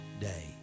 day